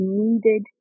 needed